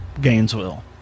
Gainesville